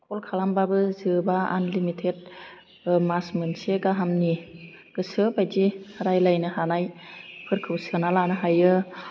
call खालामबाबो जोबा unlimited मास मोनसे गाहामनि गोसो बायदि रायलायनो हानाय फोरखौ सोना लानो हायो